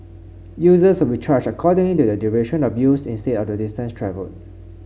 users will be charged according to the duration of use instead of the distance travelled